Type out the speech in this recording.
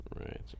right